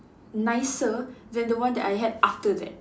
nicer than the one that I had after that